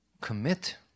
Commit